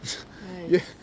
!aiya!